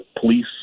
Police